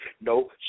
no